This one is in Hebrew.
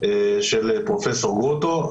של פרופ' גרוטו.